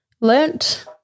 learnt